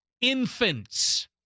infants